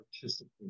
participate